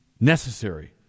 necessary